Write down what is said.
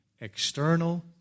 external